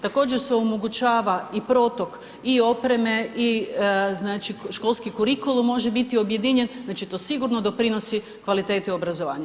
Također se omogućava i protok i opreme i znači školski kurikulum može biti objedinjen, znači to sigurno doprinosi kvaliteti obrazovanja.